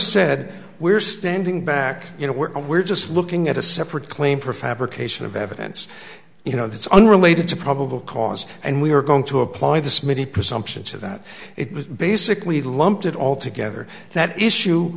said we're standing back you know we're we're just looking at a separate claim for fabrication of evidence you know that's unrelated to probable cause and we are going to apply the smiddy presumption to that it was basically lumped it all together that issue